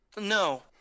No